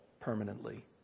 permanently